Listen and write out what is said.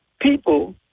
people